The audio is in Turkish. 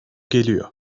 geliyor